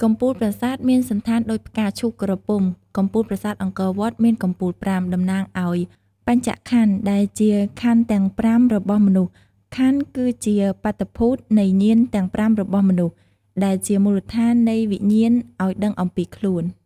កំពូលប្រាសាទ មានសណ្ឋានដូចផ្កាឈូកក្រពុំ កំពូលប្រាសាទអង្គរវត្ត មានកំពូលប្រាំ តំណាងឱ្យបញ្ចក្ខន្ធ ដែលជាក្ខន្ធទាំង៥របស់មនុស្ស "ក្ខន្ធ" គឺជាបាតុភូត នៃញាណ ទាំង៥ របស់មនុស្ស ដែលជាមូលដ្ឋាននៃវិញ្ញាណឱ្យដឹងអំពីខ្លួន ។